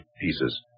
pieces